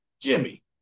Jimmy